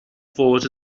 fod